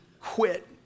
quit